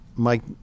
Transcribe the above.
Mike